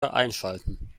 einschalten